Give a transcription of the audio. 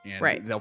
Right